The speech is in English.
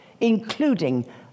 including